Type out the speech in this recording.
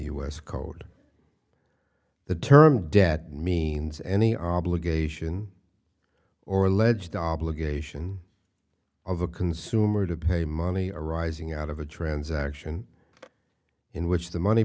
us code the term debt means any obligation or alleged obligation of a consumer to pay money arising out of a transaction in which the money